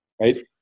right